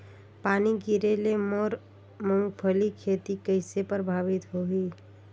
पानी गिरे ले मोर मुंगफली खेती कइसे प्रभावित होही?